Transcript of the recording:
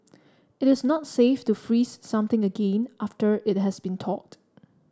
it is not safe to freeze something again after it has been thawed